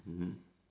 mmhmm